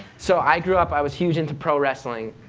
so, i grew up, i was huge into pro wrestling.